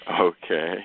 Okay